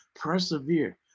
persevere